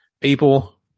people